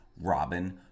Robin